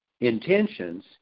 intentions